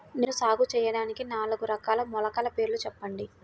నేను సాగు చేయటానికి నాలుగు రకాల మొలకల పేర్లు చెప్పండి?